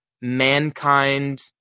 Mankind